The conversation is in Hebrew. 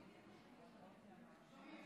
שומעים.